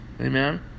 amen